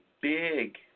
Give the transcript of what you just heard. big